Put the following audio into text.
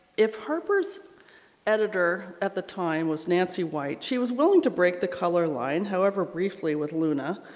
if harper's editor at the time was nancy white she was willing to break the color line however briefly with luna